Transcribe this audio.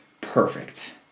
Perfect